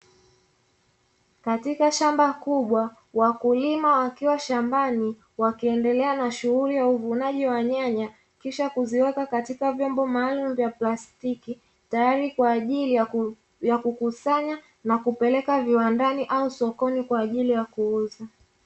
Katika shamba kubwa wakulima wakiwa shambani wakiendelea na shughuli ya uvunaji wa nyanya kisha kuziweka katika vyombo maalumu vya plastiki, tayari kwa ajili ya kukusanya na kupeleka viwandani au sokoni kwa ajili ya kuuza.